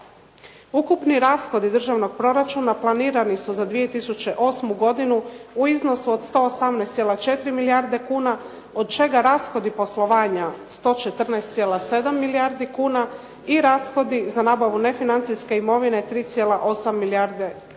Ukupni rashodi državnog proračuna planirani su za 2008. godinu u iznosu od 118,4 milijarde kuna od čega rashodi poslovanja 114,7 milijardi kuna i rashodi za nabavu nefinancijske imovine 3,8 milijardi kuna.